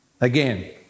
again